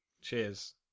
Cheers